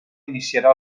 iniciarà